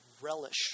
relish